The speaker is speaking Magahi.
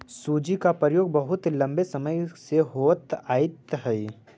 सूजी का प्रयोग बहुत लंबे समय से होइत आयित हई